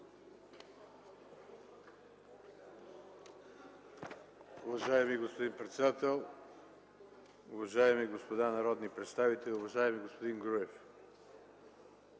Уважаеми господин председател, уважаеми господа народни представители! Уважаеми господин Груев,